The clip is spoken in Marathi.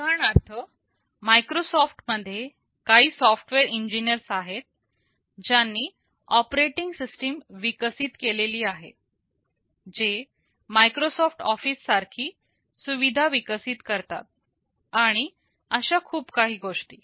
उदाहरणार्थ मायक्रोसॉफ्ट मध्ये काही सॉफ्टवेअर इंजिनिअर्स आहेत ज्यांनी ऑपरेटिंग सिस्टिम विकसित केलेली आहे जे मायक्रोसॉफ्ट ऑफिस सारखी सुविधा विकसित करतात आणि अशा खूप काही गोष्टी